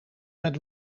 met